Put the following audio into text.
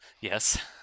Yes